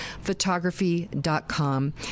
photography.com